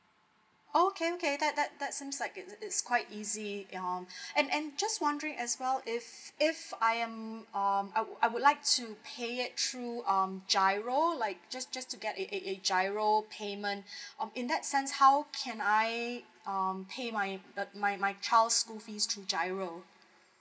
okay okay that that that seems like it's it's quite easy um and and I just wondering as well if if I am um I would like to pay it through um giro like just just to get a a giro payment um in that sense how can I um pay my my my child's school fees through giro